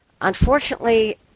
unfortunately